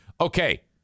Okay